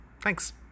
Thanks